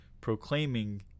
proclaiming